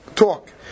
Talk